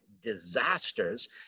disasters